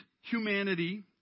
humanity